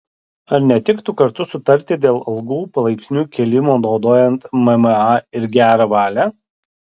ar netiktų kartu sutarti dėl algų palaipsniui kėlimo naudojant mma ir gerą valią